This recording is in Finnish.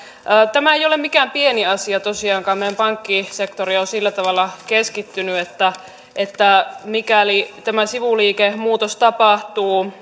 tämä ei ole tosiaankaan mikään pieni asia meidän pankkisektorimme on sillä tavalla keskittynyt että mikäli tämä sivuliikemuutos tapahtuu